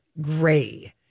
gray